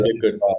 good